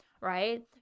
right